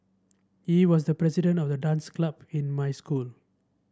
he was the president of the dance club in my school